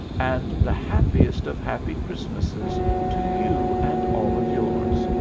and the happiest of happy christmases to you and all of yours.